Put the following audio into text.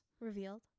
revealed